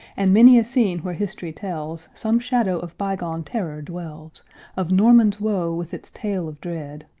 and many a scene where history tells some shadow of bygone terror dwells of norman's woe with its tale of dread,